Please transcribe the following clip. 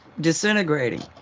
disintegrating